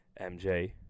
MJ